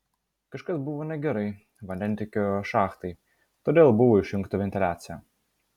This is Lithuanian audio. kažkas buvo negerai vandentiekio šachtai todėl buvo išjungta ventiliacija